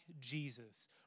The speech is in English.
Jesus